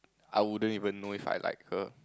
I wouldn't even know if I like her